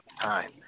time